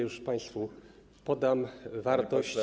Już państwu podam wartość.